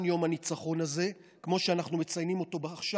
יום הניצחון הזה כמו שאנחנו מציינים אותו עכשיו.